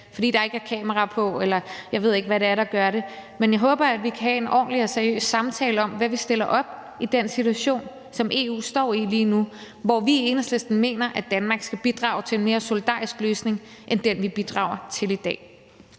fordi der ikke er kamera på, eller jeg ved ikke, hvad det er, der gør det, men jeg håber, at vi kan have en ordentlig og seriøs samtale om, hvad vi stiller op i den situation, som EU står i lige nu, og hvor vi i Enhedslisten mener, at Danmark skal bidrage til en mere solidarisk løsning end den, vi bidrager til i dag.